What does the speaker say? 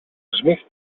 smith